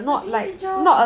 he's a P_E teacher